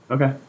Okay